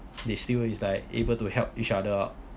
they still it's like able to help each other out